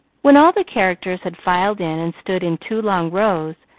when all the characters had filed in and stood in two long rows,